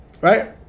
right